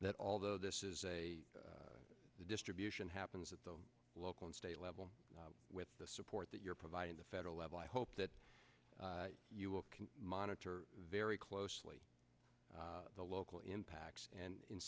that although this is a distribution happens at the local and state level with the support that you're providing the federal level i hope that you can monitor very closely the local impacts and in